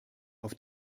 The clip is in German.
auf